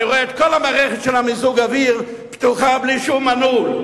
אני רואה את כל מערכת מיזוג האוויר פתוחה בלי שום מנעול.